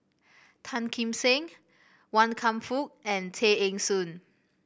Tan Kim Seng Wan Kam Fook and Tay Eng Soon